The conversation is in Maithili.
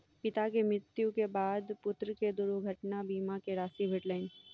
पिता के मृत्यु के बाद पुत्र के दुर्घटना बीमा के राशि भेटलैन